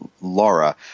Laura